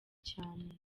cyane